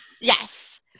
Yes